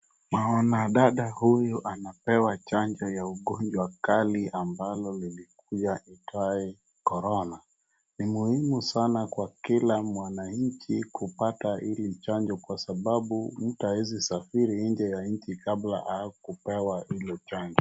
Naona dada huyu anapewa chanjo ya ugonjwa kali ambayo ilikuja iitwayo korona. Ni muhimu sana kwa kila mwananchi kupata hii chanjo kwa sababu mtu hawezi safiri nje ya nchi kabla kupewa hiyo chanjo.